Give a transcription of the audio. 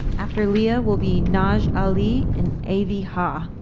after leah will be naj ali and aivy ha.